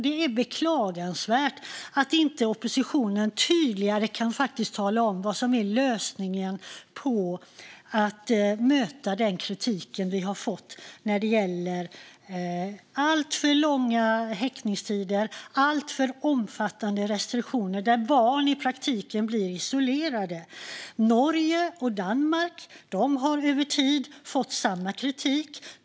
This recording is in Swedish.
Det är beklagligt att oppositionen inte tydligare kan tala om vad som är lösningen för att möta den kritik som vi har fått när det gäller alltför långa häktningstider och alltför omfattande restriktioner, där barn i praktiken blir isolerade. Norge och Danmark har över tid fått samma kritik.